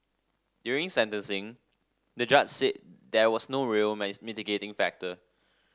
during sentencing the judge said there was no real mitigating factor